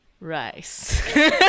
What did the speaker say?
Rice